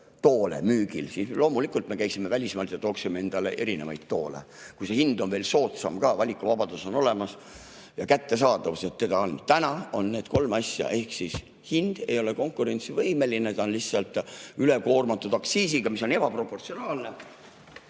toolid, siis loomulikult me käiksime välismaal ja tooksime endale erinevaid toole, eriti kui hind on veel soodsam ka, valikuvabadus on olemas ja kättesaadavus samuti. Täna on nende kolme asjaga nii, et hind ei ole konkurentsivõimeline, see on lihtsalt ülekoormatud aktsiisiga, mis on ebaproportsionaalne. Mul